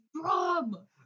Drum